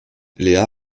léa